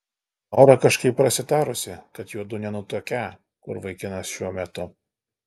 laura kažkaip prasitarusi kad juodu nenutuokią kur vaikinas šiuo metu